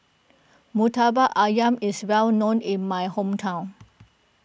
Murtabak Ayam is well known in my hometown